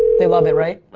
they love it, right?